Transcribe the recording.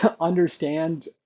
understand